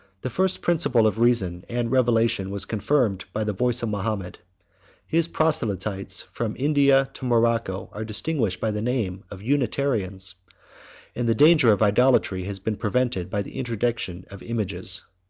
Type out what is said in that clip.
the first principle of reason and revolution was confirmed by the voice of mahomet his proselytes, from india to morocco, are distinguished by the name of unitarians and the danger of idolatry has been prevented by the interdiction of images.